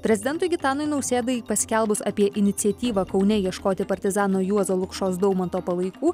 prezidentui gitanui nausėdai paskelbus apie iniciatyvą kaune ieškoti partizano juozo lukšos daumanto palaikų